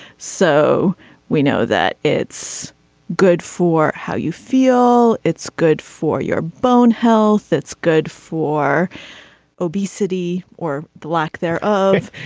so we know that it's good for how you feel. it's good for your bone health it's good for obesity or the lack there of